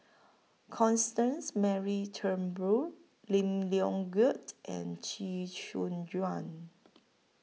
Constance Mary Turnbull Lim Leong Geok and Chee Soon Juan